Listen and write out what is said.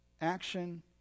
action